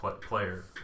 player